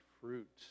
fruit